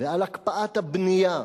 על הקפאת הבנייה,